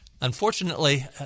Unfortunately